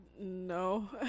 no